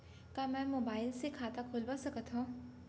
का मैं मोबाइल से खाता खोलवा सकथव?